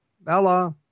Bella